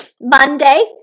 Monday